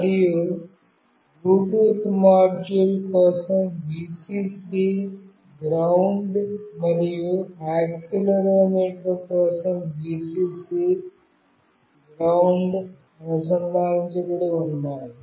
మరియు Bluetooth module కోసం Vcc GND మరియు యాక్సిలెరోమీటర్ కోసం Vcc GND అనుసంధానించబడి ఉన్నాయి